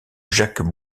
jacques